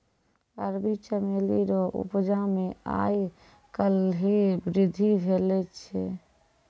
अरबी चमेली रो उपजा मे आय काल्हि वृद्धि भेलो छै